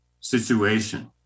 situation